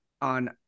on